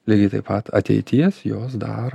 lygiai taip pat ateities jos dar